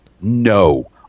No